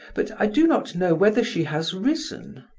but i do not know whether she has risen.